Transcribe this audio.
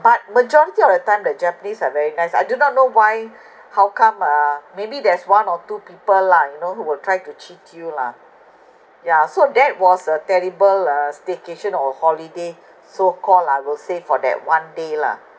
but majority of the time the japanese are very nice I do not know why how come uh maybe there's one or two people lah you know who will try to cheat you lah yeah so that was a terrible uh staycation or holiday so call lah I will say for that one day lah